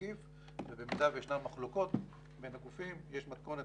ומקיף ובמידה וישנן מחלוקות בין הגופים יש מתכונת